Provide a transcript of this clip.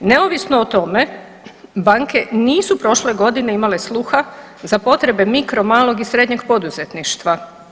Neovisno o tome banke nisu prošle godine imale sluha za potrebe mikro, malog i srednjeg poduzetništva.